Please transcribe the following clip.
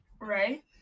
Right